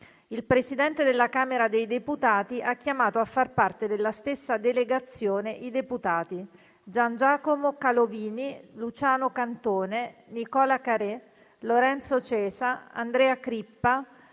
Il Presidente della Camera dei deputati ha chiamato a far parte della stessa Delegazione i deputati: Giangiacomo Calovini, Luciano Cantone, Nicola Carè, Lorenzo Cesa, Andrea Crippa,